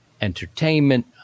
entertainment